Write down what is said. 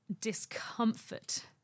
discomfort